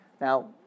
Now